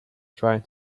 trying